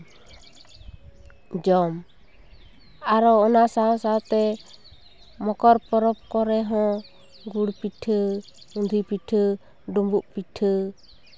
ᱡᱚᱢ ᱟᱨᱚ ᱚᱱᱟ ᱥᱟᱶ ᱥᱟᱶᱛᱮ ᱢᱚᱠᱚᱨ ᱯᱚᱨᱚᱵᱽ ᱠᱚᱨᱮ ᱦᱚᱸ ᱜᱩᱲ ᱯᱤᱴᱷᱟᱹ ᱩᱸᱫᱷᱤ ᱯᱤᱴᱷᱟᱹ ᱰᱩᱸᱵᱩᱜ ᱯᱤᱴᱷᱟᱹ